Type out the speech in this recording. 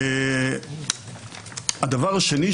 הדבר השני,